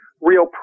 real